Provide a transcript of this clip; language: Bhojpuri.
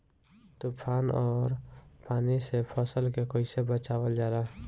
तुफान और पानी से फसल के कईसे बचावल जाला?